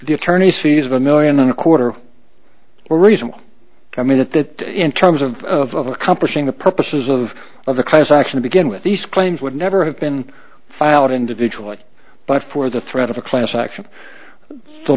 the attorney sees a million and a quarter well reasoned i mean that that in terms of accomplishing the purposes of of the class action to begin with these claims would never have been filed individually but for the threat of a class action the